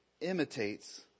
imitates